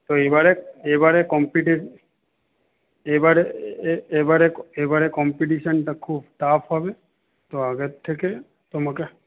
তো এবারে এবারে কম্পিটিশন এবারে এবারে এবারে কম্পিটিশানটা খুব টাফ হবে তো আগের থেকে তোমা কে